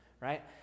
right